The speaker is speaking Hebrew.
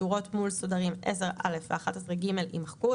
השורות מול סודרים (10א) ו-(11ג) יימחקו.